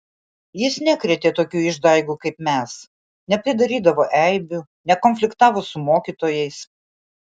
jis nekrėtė tokių išdaigų kaip mes nepridarydavo eibių nekonfliktavo su mokytojais